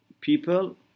people